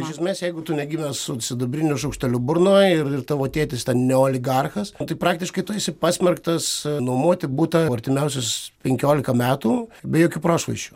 iš esmės jeigu tu negimęs su sidabriniu šaukšteliu burnoj ir ir tavo tėtis ten ne oligarchas tai praktiškai tu esi pasmerktas nuomoti butą artimiausius penkiolika metų be jokių prošvaisčių